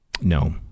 No